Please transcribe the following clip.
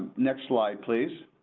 next slide please.